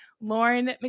Lauren